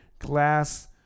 glass